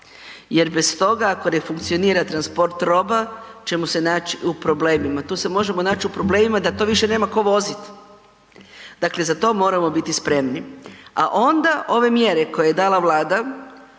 Jer bez toga ako ne funkcionira transport roba ćemo se naći u problemima. Tu se možemo naći u problemima da to nema više tko voziti. Dakle, za to moramo biti spremni, a onda ove mjere koje je dala Vlada